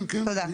כן, כן.